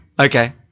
Okay